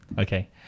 Okay